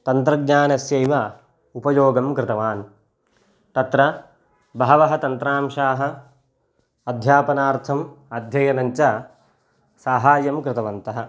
तन्त्रज्ञानस्यैव उपयोगं कृतवान् तत्र बहवः तन्त्रांशाः अध्यापनार्थम् अध्ययनं च साहाय्यं कृतवन्तः